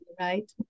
right